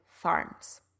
farms